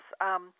yes